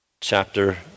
chapter